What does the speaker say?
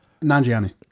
Nanjiani